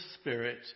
Spirit